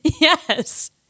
Yes